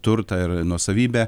turtą ir nuosavybę